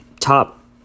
Top